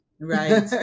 Right